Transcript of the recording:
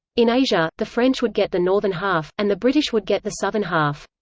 in asia, the french would get the northern half, and the british would get the southern half.